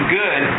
good